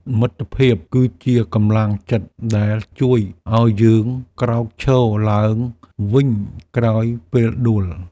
មិត្តភាពគឺជាកម្លាំងចិត្តដែលជួយឱ្យយើងក្រោកឈរឡើងវិញក្រោយពេលដួល។